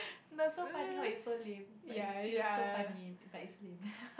no so funny how is so lame but it still so funny but it's lame